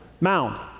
Mound